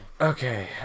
Okay